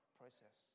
process